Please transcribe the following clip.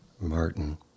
Martin